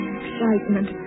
excitement